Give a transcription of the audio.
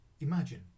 Imagine